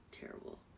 terrible